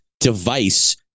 device